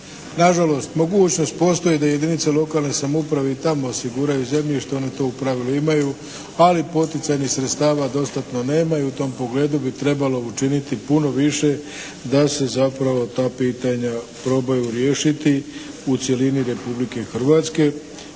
Nažalost mogućnost postoji da jedinica lokalne samouprave i tamo osiguraju zemljište, one to u pravilu imaju, ali poticajnih sredstava dostatno nemaju i u tom pogledu bi trebalo učiniti puno više da se zapravo ta pitanja probaju riješiti u cjelini Republike Hrvatske.